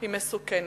היא מסוכנת.